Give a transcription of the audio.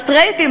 הסטרייטים,